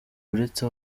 uretse